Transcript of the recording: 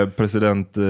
president